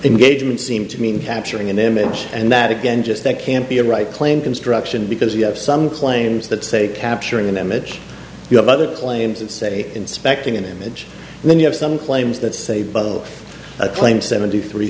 engagement seem to mean capturing an image and that again just that can't be a right claim construction because you have some claims that say capturing an image you have other claims and say inspecting an image and then you have some claims that say but of a claim seventy three